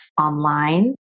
online